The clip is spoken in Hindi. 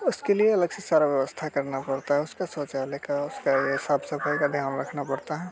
उसके लिए अलग से सारा व्यवस्था करना पड़ता है उसका शौचालय का उसका ये साफ़ सफ़ाई का ध्यान रखना पड़ता है